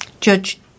Judge